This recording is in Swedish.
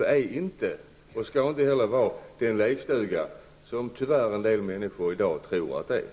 Detta är inte och skall inte heller vara den lekstuga som en del människor i dag tyvärr tror att det är.